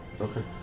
Okay